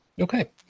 Okay